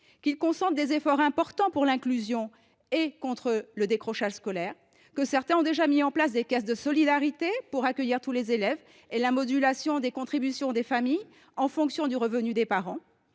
qu’ils consentent des efforts importants en faveur de l’inclusion et contre le décrochage scolaire, que certains d’entre eux ont déjà créé des caisses de solidarité pour accueillir tous les élèves ou instauré une modulation de la contribution des familles en fonction du revenu des parents